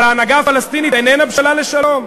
אבל ההנהגה הפלסטינית איננה בשלה לשלום.